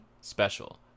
special